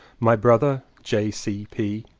my brother, j c p,